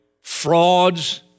frauds